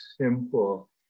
simple